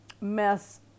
mess